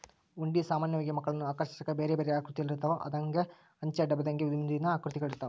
ಹುಂಡಿ ಸಾಮಾನ್ಯವಾಗಿ ಮಕ್ಕಳನ್ನು ಆಕರ್ಷಿಸಾಕ ಬೇರೆಬೇರೆ ಆಕೃತಿಯಲ್ಲಿರುತ್ತವ, ಹಂದೆಂಗ, ಅಂಚೆ ಡಬ್ಬದಂಗೆ ವಿಭಿನ್ನ ಆಕೃತಿಗಳಿರ್ತವ